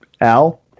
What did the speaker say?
Al